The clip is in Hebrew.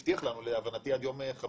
שיהיה כתוב כאן בהערה את שם החברה,